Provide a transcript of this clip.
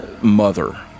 mother